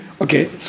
Okay